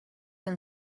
and